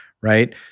right